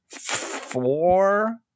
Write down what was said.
four